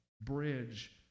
Bridge